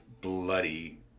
bloody